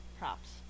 props